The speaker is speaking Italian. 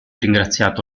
ringraziato